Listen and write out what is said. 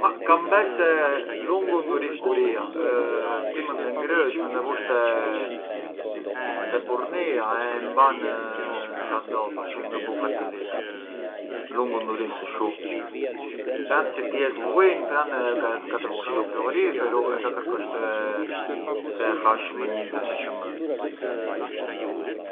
Ma kam bes se lungu nduris buria, ti mënd e ngrësh, mënd e vush te burnia e t’e mban sa do, përçë ngë bunet i lig, lungu nduris shumë, pran si ti e zbëllin, pran ka t’e vush te u frigoriferu, e ka kërkosh të e hash më njize se çë mënd.